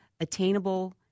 attainable